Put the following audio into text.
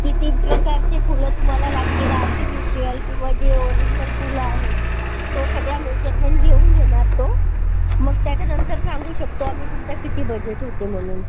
किती प्रकारचे फुलं तुम्हाला लागतील आर्टिफिशीयल किंवा जे ओरिजनल फुलं आहेत तो सगळा मेजरमेंट घेऊन देणार तो मग त्याच्यानंतर सांगू शकतो आम्ही तुमचा किती बजेट होतो आहे म्हणून